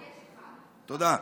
תודה.